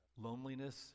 loneliness